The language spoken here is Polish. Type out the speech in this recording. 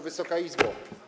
Wysoka Izbo!